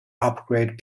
upgrade